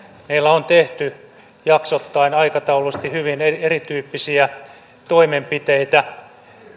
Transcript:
meillä on tehty jaksoittain aikataulullisesti hyvin erityyppisiä toimenpiteitä